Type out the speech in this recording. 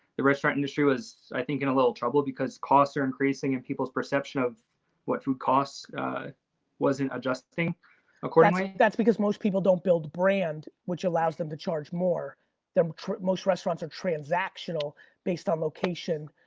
the restaurant industry was, i think, in a little trouble because costs are increasing and people's perception of what food costs wasn't adjusting accordingly. that's because most people don't build a brand, which allows them to charge more than most restaurants are transactional based on location,